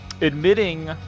admitting